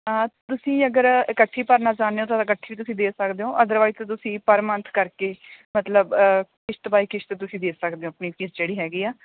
ਤੁਸੀਂ ਅਗਰ ਇਕੱਠੀ ਭਰਨਾ ਚਾਹੁੰਦੇ ਹੋ ਤਾਂ ਇਕੱਠੀ ਵੀ ਤੁਸੀਂ ਦੇ ਸਕਦੇ ਹੋ ਅਦਰਵਾਈਜ਼ ਤਾਂ ਤੁਸੀਂ ਪਰ ਮੰਥ ਕਰਕੇ ਮਤਲਬ ਕਿਸ਼ਤ ਬਾਏ ਕਿਸ਼ਤ ਤੁਸੀ ਦੇ ਸਕਦੇ ਹੋ ਆਪਣੀ ਫੀਸ ਜਿਹੜੀ ਹੈਗੀ ਆ